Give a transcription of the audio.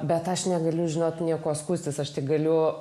bet aš negaliu žinot niekuo skųstis aš tik galiu